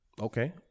Okay